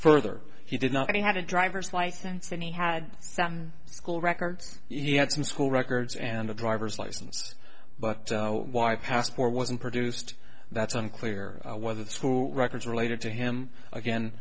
further he did not have a driver's license and he had some school records he had some school records and a driver's license but why the passport wasn't produced that's unclear whether the school records related to him again